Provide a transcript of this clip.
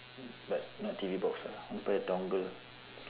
but not T_V box lah I wanna buy a dongle